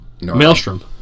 Maelstrom